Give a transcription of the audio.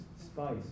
spice